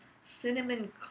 cinnamon